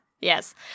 Yes